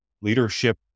leadership